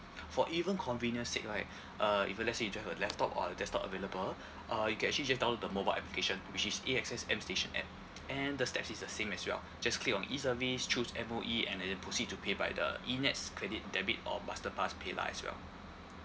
for even convenient sake right uh if let's say if you've a laptop or a desktop available uh you can actually just download the mobile application which is A_X_S M station at and the steps is the same as well just click on E service choose M_O_E and then proceed to pay by the E NETS credit debit or masterpass paylah as well